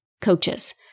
coaches